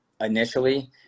initially